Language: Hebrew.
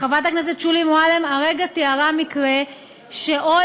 וחברת הכנסת שולי מועלם הרגע תיארה מקרה שבו,